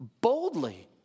Boldly